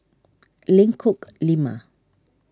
Lengkok Lima